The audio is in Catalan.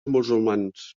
musulmans